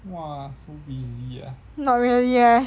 not really eh